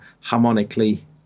harmonically